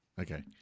Okay